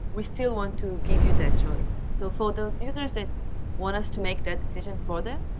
we still want to give you that choice. so for those users that want us to make that decision for them,